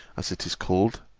as it is called,